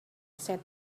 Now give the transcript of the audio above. said